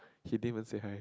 he didn't even say hi